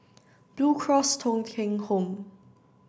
Blue Cross Thong Kheng Home